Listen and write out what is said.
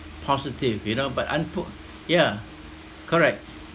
positive you know but unp~ ya correct